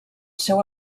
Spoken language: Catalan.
seu